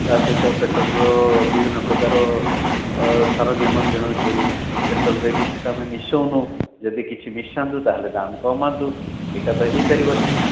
ତା ସହିତ ପେଟ୍ରୋଲର ବିଭିନ୍ନ ପ୍ରକାର ସାରା ନିୟମ କିଣୁଛୁୁ ପେଟ୍ରୋଲରେ କିଛି ତ ଆମେ ମିଶଉନୁ ଯଦି କିଛି ମିଶାନ୍ତୁ ତାହେଲେ ଦାମ୍ କମାନ୍ତୁ ସେଇଟା ତ ହେଇପାରିବନି